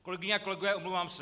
Kolegyně a kolegové, omlouvám se.